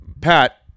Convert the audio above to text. Pat